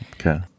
Okay